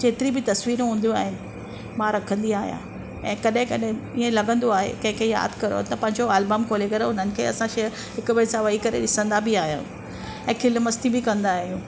जेतिरी बि तस्वीरूं हूंदियूं आहिनि मां रखंदी आहियां ऐं कॾहिं कॾहिं इअं लॻंदो आहे कंहिंखे यादि कयो त पंहिंजो अल्बम खोले करे असां उन्हनि खे शेयर हिकु ॿिए सां वेही करे ॾिसंदा बि आयूं ऐं खिल मस्ती बि कंदा आहियूं